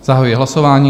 Zahajuji hlasování.